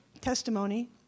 testimony